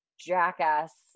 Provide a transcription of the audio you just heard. jackass